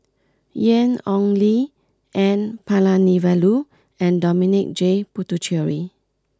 Ian Ong Li N Palanivelu and Dominic J Puthucheary